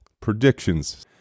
predictions